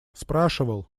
спрашивал